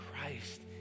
Christ